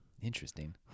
interesting